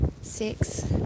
six